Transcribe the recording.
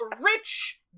rich